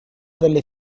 delle